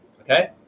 okay